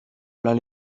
plein